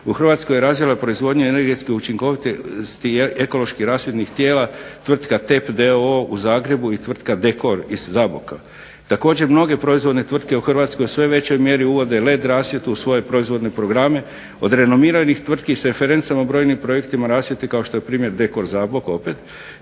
u Hrvatskoj je razvila proizvodnju energetske učinkovitosti, ekološki rasvjetnih tijela tvrtka TEP d.o.o. u Zagrebu i tvrtka Dekor iz Zaboka. Također mnoge proizvodne tvrtke u Hrvatskoj u sve većoj mjeri uvode LED rasvjetu u svoje proizvodne programe, od renomiranih tvrtki s referencama brojnim projektima rasvjete kao što je primjer DEKOR Zabok opet,